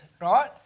right